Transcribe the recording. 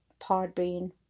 Podbean